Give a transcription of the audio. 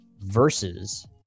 versus